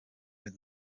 with